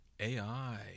AI